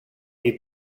you